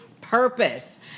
purpose